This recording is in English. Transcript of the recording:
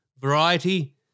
Variety